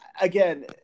again